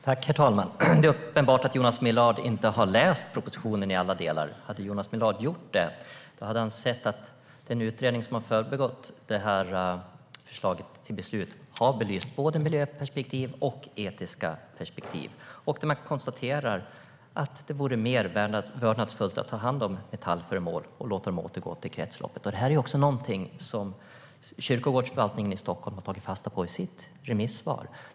Herr talman! Det är uppenbart att Jonas Millard inte har läst propositionen i alla delar. Om han hade gjort det skulle han ha sett att den utredning som har föregått förslaget till beslut har belyst både miljöperspektiv och etiska perspektiv. Utredningen konstaterar att det vore mer vördnadsfullt att ta hand om metallföremål och låta dem återgå till kretsloppet. Detta är någonting som också kyrkogårdsförvaltningen i Stockholm har tagit fasta på i sitt remissvar.